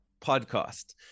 podcast